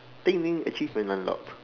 achievement unlocked